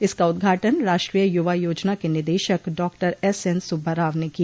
इसका उदघाटन राष्ट्रीय युवा योजना के निदेशक डॉ एसएन सुब्बाराव ने किया